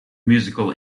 musical